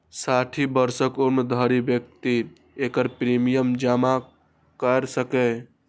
साठि वर्षक उम्र धरि व्यक्ति एकर प्रीमियम जमा कैर सकैए